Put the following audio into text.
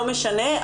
לא משנה,